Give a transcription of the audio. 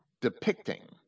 depicting